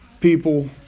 people